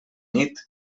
nit